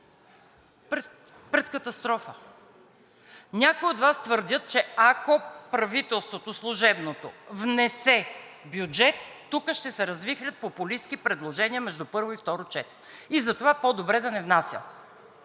Пред катастрофа. Някои от Вас твърдят, че ако служебното правителството внесе бюджет, тук ще се развихрят популистки предложения между първо и второ четене и затова по-добре да не внасяме.